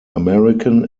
american